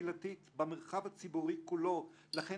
קל וחומר שאם